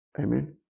Amen